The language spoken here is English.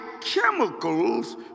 chemicals